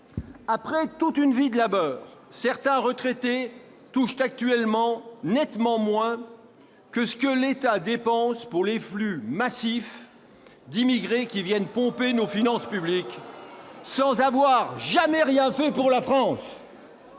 Après toute une vie de labeur, certains retraités touchent actuellement nettement moins que ce que l'État dépense pour les flux massifs d'immigrés qui viennent pomper nos finances publiques ... Ouh !... sans avoir jamais rien fait pour la France.